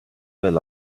well